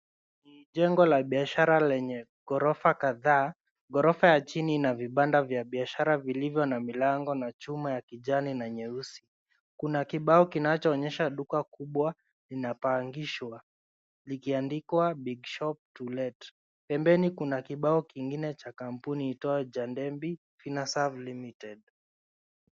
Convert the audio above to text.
Ni jengo la biashara lenye ghorofa kadhaa. Ghorofa ya chini ina vibanda vya biashara vilivyo na milango na chuma ya kijani na nyeusi. Kuna kibao kinachoonyesha duka kubwa inapangishwa likiandikwa Big shop to let . Pembeni kuna kibao kingine cha kampuni iitwayo Jambeni inner serve limited .